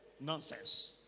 Nonsense